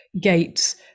gates